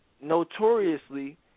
notoriously